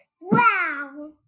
Wow